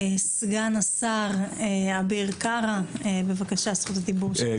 סגן השר אביר קארה, רשות הדיבור שלך, בבקשה.